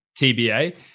TBA